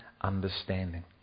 understanding